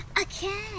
Okay